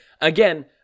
again